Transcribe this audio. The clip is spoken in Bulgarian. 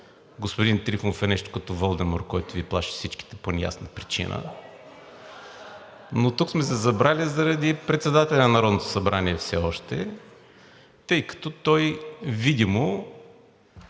господин Трифонов е нещо като Волдемор, който Ви плаши всички по неясни причини (смях), но тук сме се събрали заради председателя на Народното събрание все още, тъй като той видимо